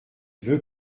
veut